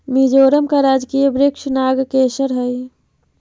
मिजोरम का राजकीय वृक्ष नागकेसर हई